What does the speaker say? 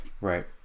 Right